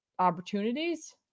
opportunities